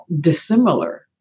dissimilar